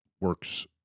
works